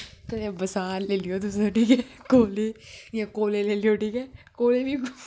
कदें बसार लेई लौ तुस ठीक ऐ कोले जां कोले लेई लो ठीक ऐ कोले बी